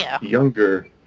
younger